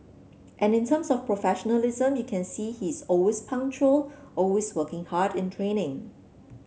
and in terms of professionalism you can see he is always punctual always working hard in training